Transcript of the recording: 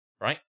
right